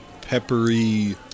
peppery